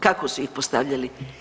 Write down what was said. Kako su ih postavljali?